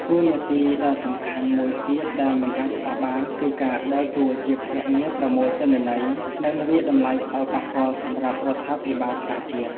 តួនាទីដ៏សំខាន់មួយទៀតដែលមិនអាចខ្វះបាន គឺការដើរតួជាភ្នាក់ងារប្រមូលទិន្នន័យ និងវាយតម្លៃផលប៉ះពាល់សម្រាប់រដ្ឋាភិបាលថ្នាក់ជាតិ។